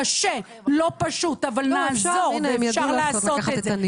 זה קשה ולא פשוט אבל נעזור ואפשר לעשות את זה.